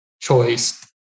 choice